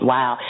Wow